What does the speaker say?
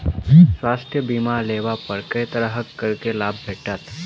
स्वास्थ्य बीमा लेबा पर केँ तरहक करके लाभ भेटत?